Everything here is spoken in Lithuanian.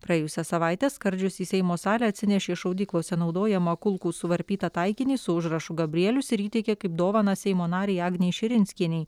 praėjusią savaitę skardžius į seimo salę atsinešė šaudyklose naudojamą kulkų suvarpytą taikinį su užrašu gabrielius ir įteikė kaip dovaną seimo narei agnei širinskienei